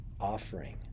offering